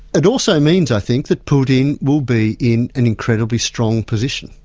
it also means, i think, that putin will be in an incredibly strong position,